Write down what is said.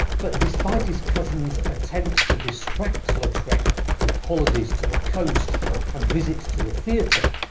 but despite his cousin's attempts to distract lautrec with holidays to the coast and visits to the theatre,